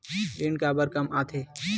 ऋण काबर कम आथे?